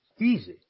easy